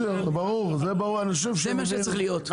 זה מה שצריך להיות.